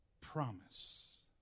promise